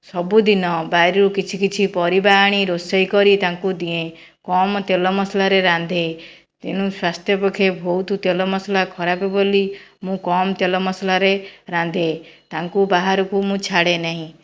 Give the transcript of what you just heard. ସବୁଦିନ ବାରିରୁ କିଛି କିଛି ପରିବା ଆଣି ରୋଷେଇ କରି ତାଙ୍କୁ ଦିଏ କମ୍ ତେଲ ମସଲାରେ ରାନ୍ଧେ ତେଣୁ ସ୍ୱାସ୍ଥ୍ୟ ପକ୍ଷେ ବହୁତ ତେଲ ମସଲା ଖରାପ ବୋଲି ମୁଁ କମ୍ ତେଲ ମସଲାରେ ରାନ୍ଧେ ତାଙ୍କୁ ବାହାରକୁ ମୁଁ ଛାଡ଼େ ନାହିଁ